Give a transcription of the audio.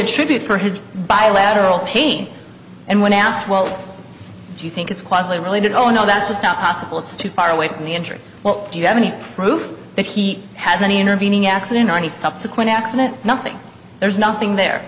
attribute for his bilateral pain and when asked well do you think it's quite related oh no that's just not possible it's too far away from the injury or do you have any proof that he had any intervening accident or any subsequent accident nothing there's nothing there